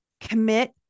commit